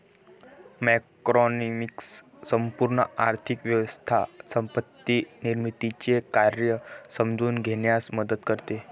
macroeconomics संपूर्ण आर्थिक व्यवस्था संपत्ती निर्मितीचे कार्य समजून घेण्यास मदत करते